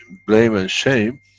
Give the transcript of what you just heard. blame and shame.